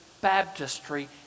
baptistry